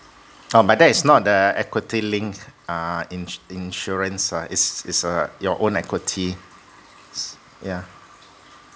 oh but that is not the equity link uh ins~ insurance ah its its uh your own equities yeah